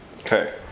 Okay